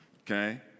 okay